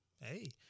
hey